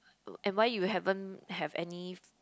and why you haven't have any